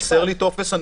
פה אתה מגיש לבית משפט.